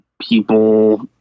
people